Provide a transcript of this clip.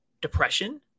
depression